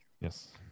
Yes